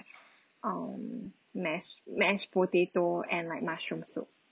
um mashed mashed potato and like mushroom soup